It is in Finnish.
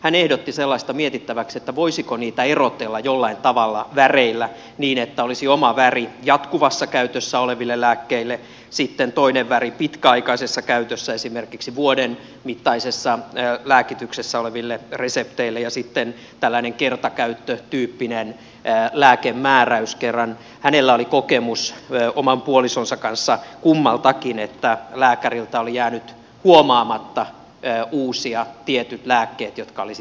hän ehdotti sellaista mietittäväksi että voisiko niitä erotella jollain tavalla väreillä niin että olisi oma väri jatkuvassa käytössä oleville lääkkeille sitten toinen väri pitkäaikaisessa käytössä esimerkiksi vuoden mittaisessa lääkityksessä oleville resepteille ja sitten tällainen kertakäyttötyyppinen lääkemääräys sillä hänellä oli kokemus oman puolisonsa kanssa että lääkäriltä oli jäänyt huomaamatta uusia tietyt lääkkeet joita kummallekin olisi tarvittu